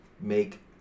make